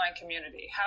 community